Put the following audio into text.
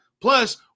plus